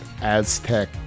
Aztec